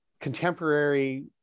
contemporary